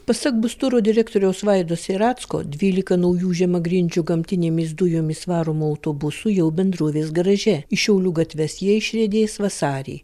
pasak busturo direktoriaus vaido seiracko dvylika naujų žemagrindžių gamtinėmis dujomis varomų autobusų jau bendrovės garaže į šiaulių gatves jie išriedės vasarį